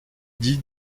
dit